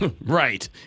right